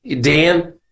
Dan